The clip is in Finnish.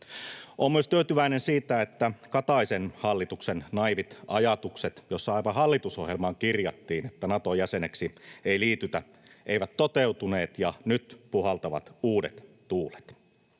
Olen myös tyytyväinen siitä, että Kataisen hallituksen naiivit ajatukset, joissa aivan hallitusohjelmaan kirjattiin, että Nato-jäseneksi ei liitytä, eivät toteutuneet ja nyt puhaltavat uudet tuulet.